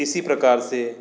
इसी प्रकार से